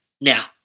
now